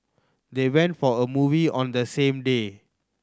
they went for a movie on the same day